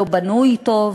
לא בנוי טוב,